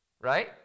Right